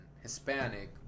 Hispanic